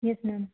yes ma'am